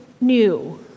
new